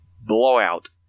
blowout